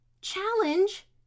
challenge